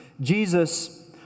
Jesus